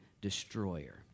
destroyer